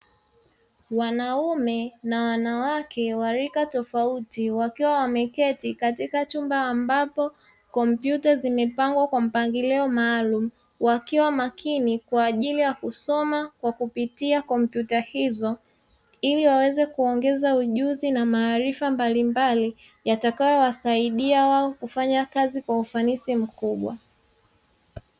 Wanaume na wanawake wa rika tofauti wakiwa wameketi katika chumba ambapo kompyuta zimepangwa kwa mpangilio maalumu, wakiwa makini kwa ajili ya kusoma kwa kupitia kompyuta hizo ili waweze kuongeza ujuzi na maarifa mbalimbali; yatakayowasaidia wao kufanya kazi kwa ufanisi mkubwa.